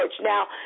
Now